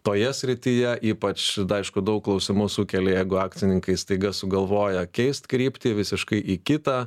toje srityje ypač aišku daug klausimų sukelia jeigu akcininkai staiga sugalvoja keist kryptį visiškai į kitą